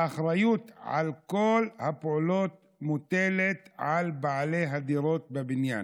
האחריות על כל הפעולות מוטלת על בעלי הדירות בבניין.